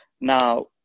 Now